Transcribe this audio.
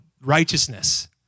righteousness